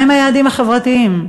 מה עם היעדים החברתיים?